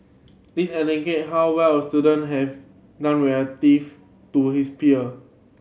this indicate how well a student have done relative to his peer